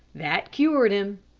that cured him.